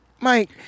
Mike